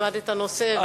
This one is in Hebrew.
ילמד את הנושא וישמח,